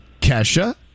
Kesha